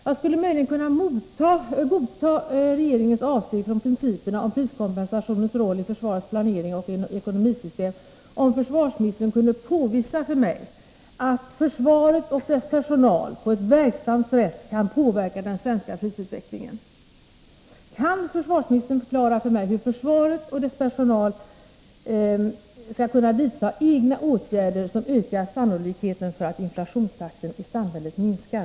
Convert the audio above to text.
Jag skulle möjligen kunna godta regeringens avsteg från principerna om priskompensationens roll i försvarets planeringsoch ekonomisystem, om försvarsministern kunde påvisa för mig att försvaret och dess personal på ett verksamt sätt kan påverka den svenska prisutvecklingen. Kan försvarsministern förklara för mig hur försvaret och dess personal skall kunna vidta egna åtgärder som ökar sannolikheten för att inflationstakten i samhället minskar?